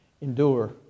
endure